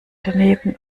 daneben